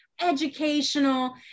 educational